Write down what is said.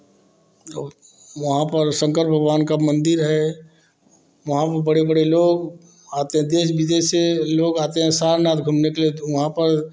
वहाँ पर शंकर भगवान का मंदिर है वहाँ पर बड़े बड़े लोग आते हैं देश विदेश से लोग आते हैं सारनाथ घूमने के लिए तो वहाँ पर